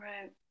right